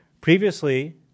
Previously